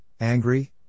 angry